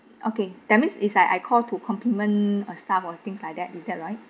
okay that means is I I call to compliment a staff or things like that is that right